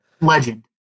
legend